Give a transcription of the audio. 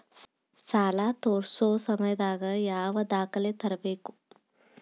ಸಾಲಾ ತೇರ್ಸೋ ಸಮಯದಾಗ ಯಾವ ದಾಖಲೆ ತರ್ಬೇಕು?